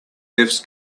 gifts